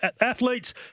Athletes